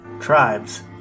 Tribes